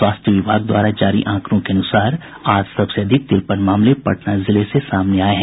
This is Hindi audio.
स्वास्थ्य विभाग द्वारा जारी आंकड़ों के अनुसार आज सबसे अधिक तिरपन मामले पटना जिले से सामने आये हैं